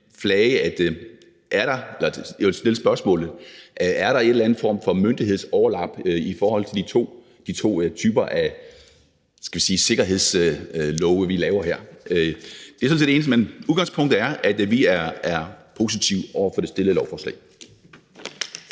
lige at flage og stille spørgsmålet her: Er der en eller anden form for myndighedsoverlap i forhold til de to typer af sikkerhedslove, vi laver her? Det er sådan set det eneste. Men udgangspunktet er, at vi er positive over for det fremsatte lovforslag.